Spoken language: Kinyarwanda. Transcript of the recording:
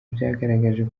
byagaragaje